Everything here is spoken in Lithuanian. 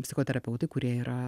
psichoterapeutai kurie yra